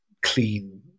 clean